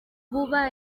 vuba